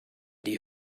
die